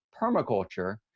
permaculture